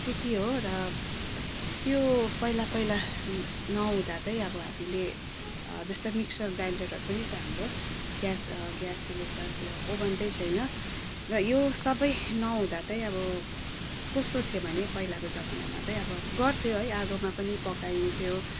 त्यति हो र त्यो पहिला पहिला नहुँदा त अब हामीले जस्तै मिक्सर ग्राइन्डरहरू पनि छ हाम्रो ग्यास ग्यास सिलिन्डर त्यो ओभन त छैन र यो सबै नहुँदा त अब कस्तो थियो भने पहिलाको जमानामा त अब गर्थ्यो है आगोमा पनि पकाइन्थ्यो